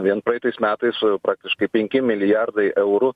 vien praeitais metais praktiškai penki milijardai eurų